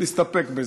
נסתפק בזה.